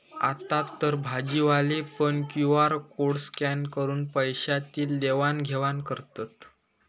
आतातर भाजीवाले पण क्यु.आर कोड स्कॅन करून पैशाची देवाण घेवाण करतत